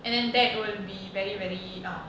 and then that will be very very um